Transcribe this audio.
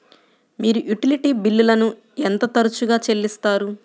మీరు యుటిలిటీ బిల్లులను ఎంత తరచుగా చెల్లిస్తారు?